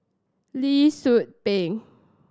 Lee Tzu Pheng